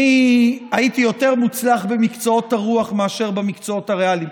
אני הייתי יותר מוצלח במקצועות הרוח מאשר במקצועות הריאליים.